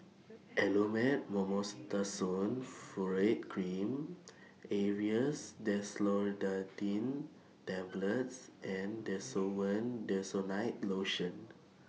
Elomet Mometasone Furoate Cream Aerius DesloratadineTablets and Desowen Desonide Lotion